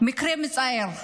מקרה מצער: